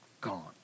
Gone